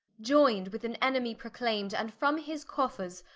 ioyn'd with an enemy proclaim'd, and from his coffers,